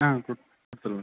ஆ சொல்லுங்கள் சார்